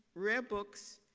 rare books,